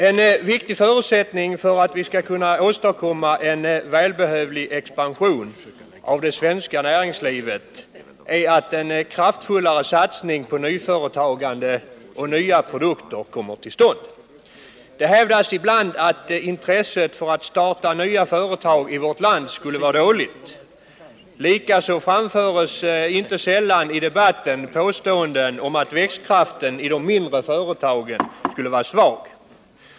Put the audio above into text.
En viktig förutsättning för att vi skall kunna åstadkomma en välbehövlig expansion av det svenska näringslivet är att en kraftfullare satsning på nyföretagande och nya produkter kommer till stånd. Det hävdas ibland att intresset för att starta nya företag i vårt land skulle vara dåligt. Likaså framförs inte sällan i debatten påståenden om att växtkraften i de mindre företagen skulle vara svag.